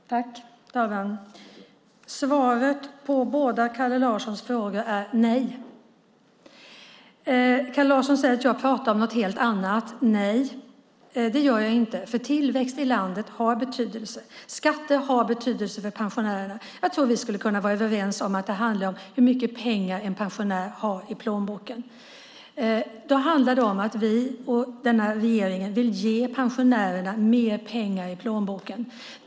Herr talman! Svaret på båda Kalle Larssons frågor är nej. Kalle Larsson säger att jag pratar om något helt annat. Nej, det gör jag inte. För tillväxt i landet har betydelse. Skatter har betydelse för pensionärerna. Jag tror att vi skulle kunna vara överens om att det handlar om hur mycket pengar en pensionär har i plånboken. Då handlar det om att vi och den här regeringen vill ge pensionärerna mer pengar i plånboken.